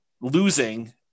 losing